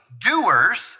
doers